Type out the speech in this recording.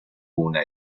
una